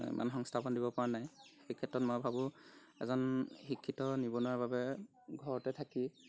ইমান সংস্থাপন দিব পৰা নাই সেইক্ষেত্ৰত মই ভাবোঁ এজন শিক্ষিত নিবনুৱাৰ বাবে ঘৰতে থাকি